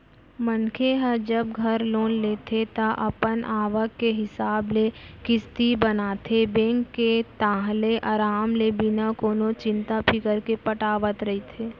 मनखे ह जब घर लोन लेथे ता अपन आवक के हिसाब ले किस्ती बनाथे बेंक के ताहले अराम ले बिना कोनो चिंता फिकर के पटावत रहिथे